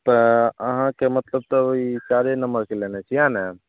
तऽ अहाँके मतलब तब ई चारे नम्बरके लेनाइ छै इएह ने